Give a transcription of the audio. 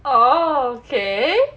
oh okay